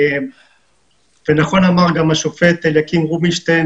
נכון אמר השופט אליקים רובינשטיין